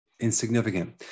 insignificant